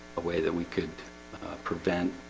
a way that we could prevent,